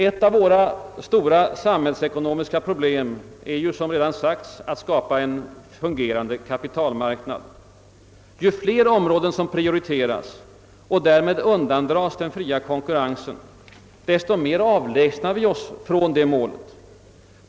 Ett av våra stora samhällsekonomiska problem är ju, som redan sagts, att skapa en fungerande kapitalmarknad. Ju fler områden som prioriteras och därmed undandras den fria konkurrensen, desto mer avlägsnar vi oss från det målet.